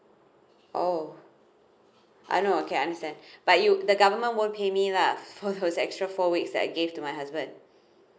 oh I know okay I understand but you the government won't pay me lah for those extra four weeks that I gave to my husband